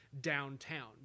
downtown